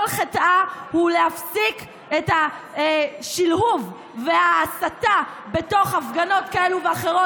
חטאה הוא להפסיק את השלהוב וההסתה בתוך הפגנות כאלה ואחרות.